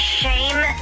shame